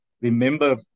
remember